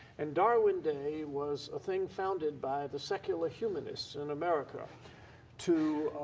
and darwin day was a thing founded by the secular humanists in america to